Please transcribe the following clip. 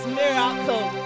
miracle